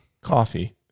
Coffee